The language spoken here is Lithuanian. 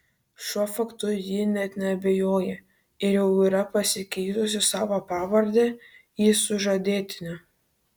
šiuo faktu ji net neabejoja ir jau yra pasikeitusi savo pavardę į sužadėtinio